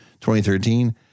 2013